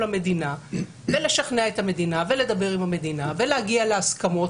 המדינה ולשכנע את המדינה ולדבר עם המדינה ולהגיע להסכמות,